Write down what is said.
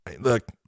look